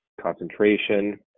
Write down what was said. concentration